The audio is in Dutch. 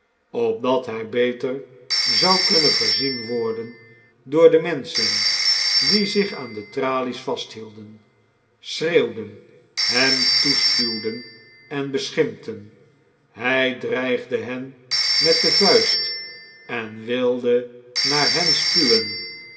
opdat hij beter zou kunnen gezien worden door de menschen die zich aan de tralies vasthielden schreeuwden hem toespuwden en beschimpten hij dreigde hen met de vuist en wilde naar hen spuwen